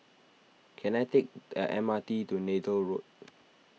can I take the M R T to Neythal Road